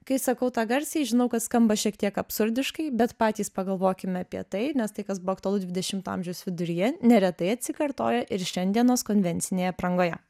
kai sakau tą garsiai žinau kad skamba šiek tiek absurdiškai bet patys pagalvokime apie tai nes tai kas buvo aktualu dvidešimo amžiaus viduryje neretai atsikartoja ir šiandienos konvencinėje aprangoje